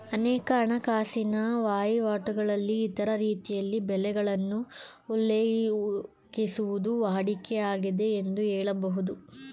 ಅನೇಕ ಹಣಕಾಸಿನ ವಹಿವಾಟುಗಳಲ್ಲಿ ಇತರ ರೀತಿಯಲ್ಲಿ ಬೆಲೆಗಳನ್ನು ಉಲ್ಲೇಖಿಸುವುದು ವಾಡಿಕೆ ಆಗಿದೆ ಎಂದು ಹೇಳಬಹುದು